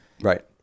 Right